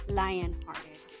lionhearted